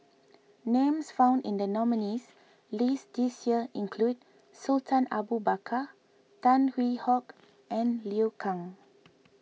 names found in the nominees' list this year include Sultan Abu Bakar Tan Hwee Hock and Liu Kang